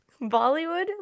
bollywood